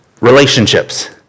relationships